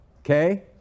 okay